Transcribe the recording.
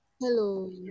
Hello